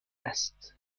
است